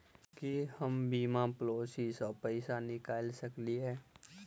की हम बीमा पॉलिसी सऽ पैसा निकाल सकलिये?